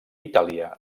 itàlia